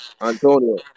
Antonio